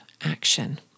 action